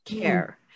care